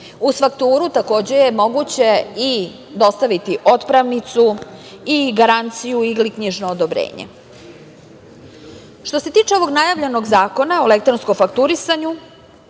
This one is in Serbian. Uz fakturu takođe je moguće i dostaviti otpremnicu i garanciju ili knjižno odobrenje. Što se tiče ovog najavljenog zakona o elektronskom fakturisanju